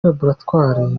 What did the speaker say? laboratwari